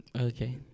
Okay